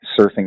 surfing